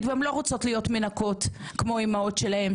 והן לא רוצות להיות מנקות כמו האימהות שלהן,